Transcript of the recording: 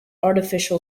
artificial